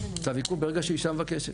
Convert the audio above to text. צו עיכוב ברגע שאישה מבקשת.